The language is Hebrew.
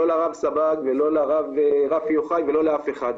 לא לרב סבג, לא לרב רפי יוחאי ולא אף אחד.